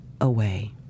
away